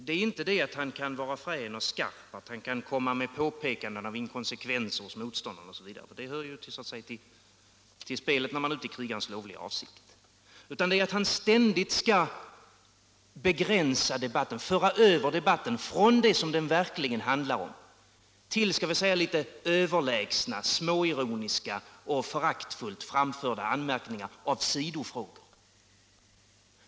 Det är inte det att han kan vara frän och skarp och påpeka inkonsekvenser hos motståndaren osv., för det hör så att säga till spelet när man är ute i krigarens lovliga avsikt, utan det är att han alltid skall begränsa debatten och föra över den från det som den verkligen handlar om till litet överlägsna, småironiska och föraktfullt framförda anmärkningar i sidofrågor.